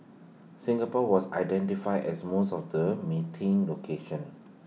Singapore was identified as most of the meeting locations